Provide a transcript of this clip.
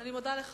אני מודה לך,